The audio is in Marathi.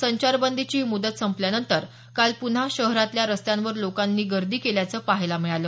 संचारबंदीची ही मुदत संपल्यानंतर काल प्रन्हा शहरातल्या रस्त्यांवर लोकांनी गर्दी केल्याचं पाहायला मिळालं